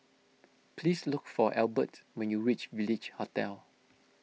please look for Albert when you reach Village Hotel